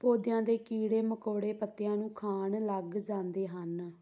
ਪੌਦਿਆਂ ਦੇ ਕੀੜੇ ਮਕੌੜੇ ਪੱਤਿਆਂ ਨੂੰ ਖਾਣ ਲੱਗ ਜਾਂਦੇ ਹਨ